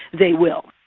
they will.